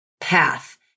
path